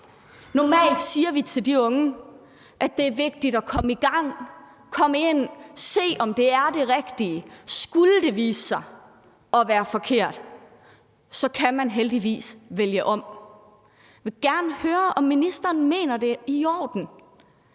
Normalt siger vi til de unge, at det er vigtigt at komme i gang, komme ind og se, om det er det rigtige, og at skulle det vise sig at være forkert, kan man heldigvis vælge om. Jeg vil gerne høre, om ministeren mener, at det er i orden,